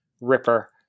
ripper